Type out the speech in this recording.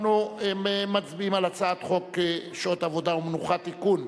אנחנו מצביעים על הצעת חוק שעות עבודה ומנוחה (תיקון,